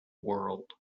world